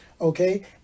okay